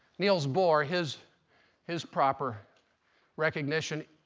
niels bohr his his proper recognition.